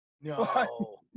No